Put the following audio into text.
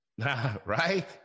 Right